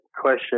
question